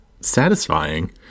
satisfying